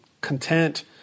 content